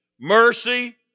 mercy